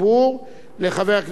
לחבר הכנסת אורי מקלב,